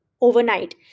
overnight